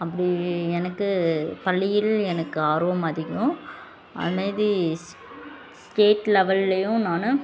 அப்படி எனக்கு பள்ளியில் எனக்கு ஆர்வம் அதிகம் அதை மாரி ஸ் ஸ்டேட் லெவெல்லையும் நான்